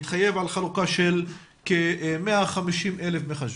התחייב על חלוקה של כ-150,000 מחשבים.